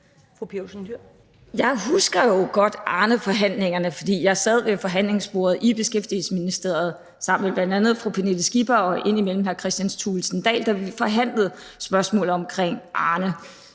Jeg husker jo godt Arneforhandlingerne, fordi jeg sad ved forhandlingsbordet i Beskæftigelsesministeriet sammen med bl.a. fru Pernille Skipper og indimellem hr. Kristian Thulesen Dahl, da vi forhandlede spørgsmålet omkring Arne.